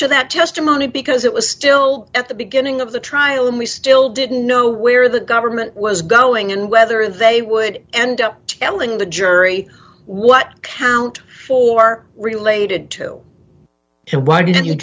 to that testimony because it was still at the beginning of the trial and we still didn't know where the government was going and whether they would end up telling the jury what count for related to and why didn't you